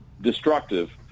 destructive